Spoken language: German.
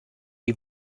die